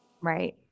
right